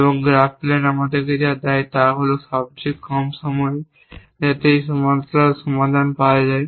এবং graph plan আমাদের যা দেয় তা হল সবচেয়ে কম সময় যাতে একটি সমান্তরাল সমাধান পাওয়া যায়